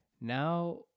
now